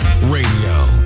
Radio